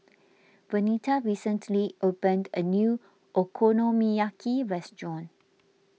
Vernita recently opened a new Okonomiyaki restaurant